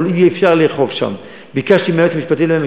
או אי-אפשר,